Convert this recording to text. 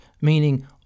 meaning